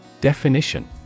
Definition